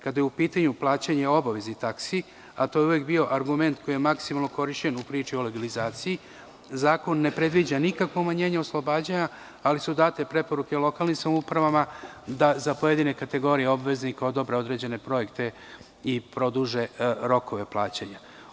Kada je u pitanju plaćanje obaveznih taksi, a to je uvek bio argument koji je maksimalno korišćen u priči o legalizaciji, zakon ne predviđa nikakvo umanjenje oslobađanja, ali su date preporuke lokalnim samoupravama da za pojedine kategorije obveznika odobre određene projekte i produže rokove plaćanja.